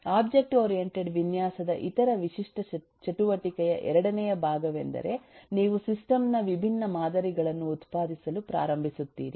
object oriented ವಿನ್ಯಾಸದ ಇತರ ವಿಶಿಷ್ಟ ಚಟುವಟಿಕೆಯ ಎರಡನೇ ಭಾಗವೆಂದರೆ ನೀವು ಸಿಸ್ಟಮ್ ನ ವಿಭಿನ್ನ ಮಾದರಿಗಳನ್ನು ಉತ್ಪಾದಿಸಲು ಪ್ರಾರಂಭಿಸುತ್ತೀರಿ